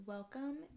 Welcome